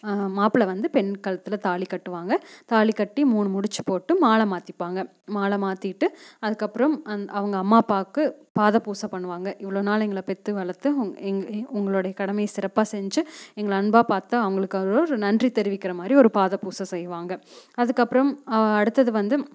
மாப்பிள வந்து பெண் கழுத்துல வந்து தாலி கட்டுவாங்க தாலி கட்டி மூணு முடுச்சு போட்டு மாலை மாற்றிப்பாங்க மாலை மாற்றிட்டு அதுக்கப்புறம் அந் அவங்க அம்மா அப்பாக்கு பாத பூசை பண்ணுவாங்க இவ்வளோ நாள் எங்களை பெற்று வளர்த்து எங் உங்களுடைய கடமையை சிறப்பாக செஞ்சு எங்களை அன்பாக பார்த்த அவங்களுக்காக ஒரு நன்றி தெரிவிக்கின்ற மாதிரி ஒரு பாத பூசை செய்வாங்க அதுக்கப்புறம் அடுத்தது வந்து